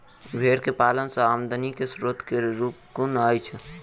भेंर केँ पालन सँ आमदनी केँ स्रोत केँ रूप कुन छैय?